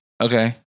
Okay